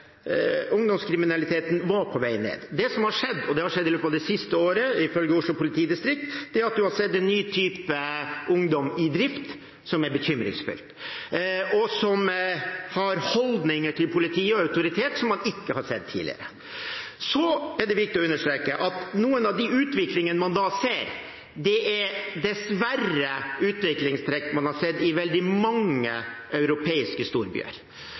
politidistrikt, er at man har sett en ny type ungdom i drift – som er bekymringsfullt – som har holdninger til politi og autoritet som man ikke har sett tidligere. Så er det viktig å understreke at noe av den utviklingen man ser, dessverre er utviklingstrekk man har sett i veldig mange europeiske storbyer.